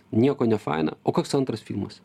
nieko nefaina o koks antras filmas